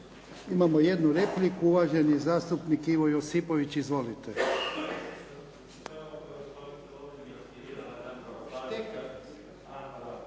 Imamo jednu repliku, uvaženi zastupnik Ivo Josipović. Izvolite.